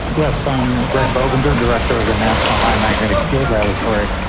yes, i'm greg boebinger, director of the national high magnetic field laboratory.